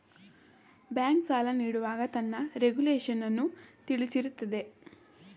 bank, ಸಾಲ ನೀಡುವಾಗ ತನ್ನ ರೆಗುಲೇಶನ್ನನ್ನು ತಿಳಿಸಿರುತ್ತದೆ